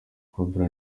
cobra